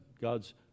god's